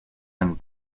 and